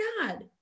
god